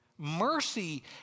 Mercy